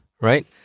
right